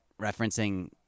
referencing